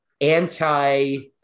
anti